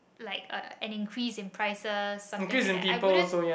like uh an increase in prices something like that I wouldn't